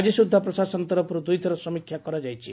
ଆଜି ସୁଦ୍ଧା ପ୍ରଶାସନ ତରଫରୁ ଦୁଇଥର ସମୀକ୍ଷା କରାଯାଇଛି